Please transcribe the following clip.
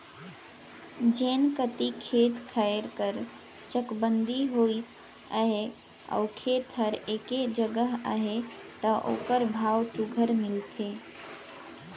जेन कती खेत खाएर कर चकबंदी होइस अहे अउ खेत हर एके जगहा अहे ता ओकर भाव सुग्घर मिलथे